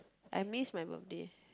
I miss my birthday